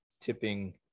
tipping